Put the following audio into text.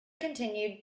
continued